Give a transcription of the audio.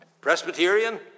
Presbyterian